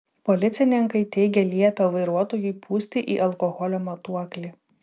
policininkai teigia liepę vairuotojui pūsti į alkoholio matuoklį